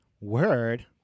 Word